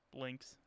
links